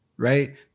right